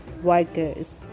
workers